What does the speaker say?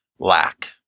Lack